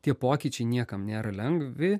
tie pokyčiai niekam nėra lengvi